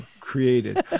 created